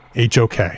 HOK